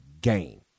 game